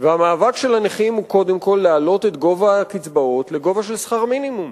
והמאבק של הנכים הוא קודם כול להעלות את הקצבאות לגובה של שכר מינימום.